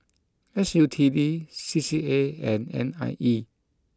S U T D C C A and N I E